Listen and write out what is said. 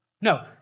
No